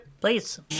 Please